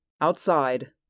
Outside